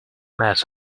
mess